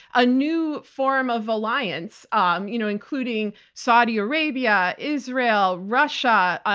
a new form of alliance um you know including saudi arabia, israel, russia,